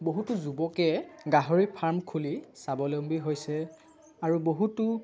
বহুতো যুৱকে গাহৰি ফাৰ্ম খুলি স্বাৱলম্বী হৈছে আৰু বহুতো